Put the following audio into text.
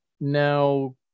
Now